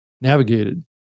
navigated